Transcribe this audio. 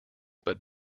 but